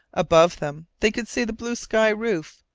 above them they could see the blue sky-roof,